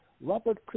Robert